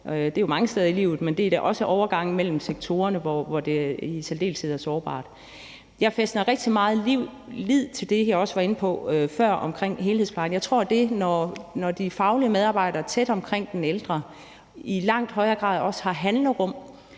det er jo mange steder i livet, men det er også i overgangene mellem sektorerne – det i særdeleshed er sårbart. Jeg fæstner rigtig meget lid til det, jeg også var inde på før om helhedsplejen. Jeg tror, at det, at de faglige medarbejdere er tæt omkring den ældre og i langt højere grad også har handlerum,